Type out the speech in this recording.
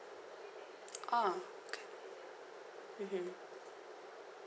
ah okay mmhmm